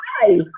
hi